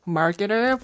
marketer